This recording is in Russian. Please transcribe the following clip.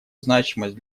значимость